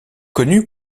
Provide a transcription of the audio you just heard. connu